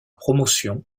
promotion